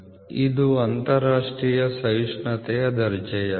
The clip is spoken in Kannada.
ಇದು ಅಂತರರಾಷ್ಟ್ರೀಯ ಸಹಿಷ್ಣುತೆಯ ದರ್ಜೆಯಾಗಿದೆ